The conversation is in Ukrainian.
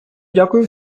дякую